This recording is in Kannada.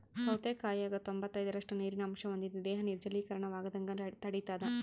ಸೌತೆಕಾಯಾಗ ತೊಂಬತ್ತೈದರಷ್ಟು ನೀರಿನ ಅಂಶ ಹೊಂದಿದೆ ದೇಹ ನಿರ್ಜಲೀಕರಣವಾಗದಂಗ ತಡಿತಾದ